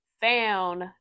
found